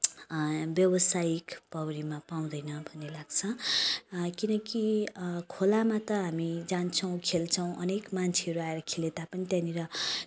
व्यवसायिक पौडीमा पाउँदैन भन्ने लाग्छ किनकि खोलामा त हामी जान्छौँ खेल्छौँ अनेक मान्छेहरू आएर खेले तापनि त्यहाँनिर